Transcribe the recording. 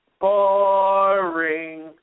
boring